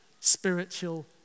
spiritual